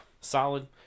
solid